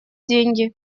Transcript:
деньги